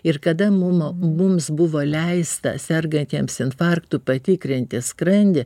ir kada muno mums buvo leista sergantiems infarktu patikrinti skrandį